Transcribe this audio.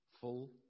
full